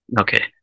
Okay